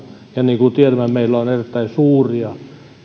ja niin kuin tiedämme meillä on erittäin suuria